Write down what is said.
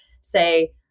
say